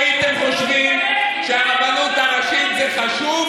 אם הייתם חושבים שהרבנות הראשית זה חשוב